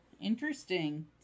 Interesting